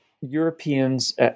europeans